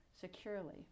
securely